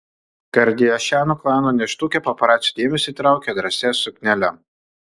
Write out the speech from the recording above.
kardashianų klano nėštukė paparacių dėmesį traukė drąsia suknele